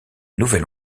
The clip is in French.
nouvelle